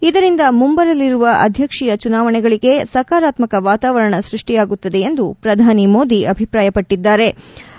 ಇದರಿಂದ ಮುಂಬರಲಿರುವ ಅಧ್ಯಕ್ಷೀಯ ಚುನಾವಣೆಗಳಿಗೆ ಸಕಾರಾತ್ಸಕ ವಾತಾವರಣ ಸೃಷ್ಠಿಯಾಗುತ್ತದೆ ಎಂದು ಪ್ರಧಾನಿ ಮೋದಿ ಅಭಿಪ್ರಾಯಪಟ್ನದ್ಗಾರೆ